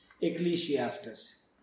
Ecclesiastes